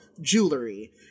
jewelry